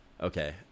Okay